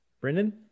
Brendan